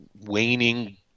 waning